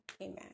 Amen